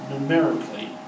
numerically